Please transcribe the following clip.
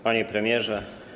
Panie Premierze!